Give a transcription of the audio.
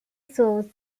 source